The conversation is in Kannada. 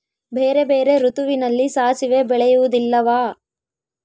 ಬೇರೆ ಬೇರೆ ಋತುವಿನಲ್ಲಿ ಸಾಸಿವೆ ಬೆಳೆಯುವುದಿಲ್ಲವಾ?